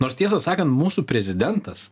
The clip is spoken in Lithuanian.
nors tiesą sakant mūsų prezidentas